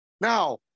now